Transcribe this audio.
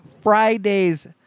Friday's